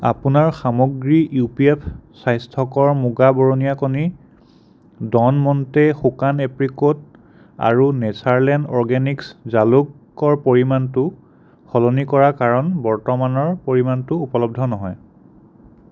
আপোনাৰ সামগ্ৰী ইউপিএফ স্বাস্থ্যকৰ মুগা বৰণীয়া কণী ড'ন মণ্টে শুকান এপ্ৰিকোট আৰু নেচাৰলেণ অৰগেনিক্ছ জালুকৰ পৰিমাণটো সলনি কৰা কাৰণ বৰ্তমানৰ পৰিমাণটো উপলব্ধ নহয়